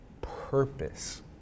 purpose